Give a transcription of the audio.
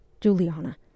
Juliana